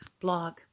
blog